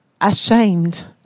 ashamed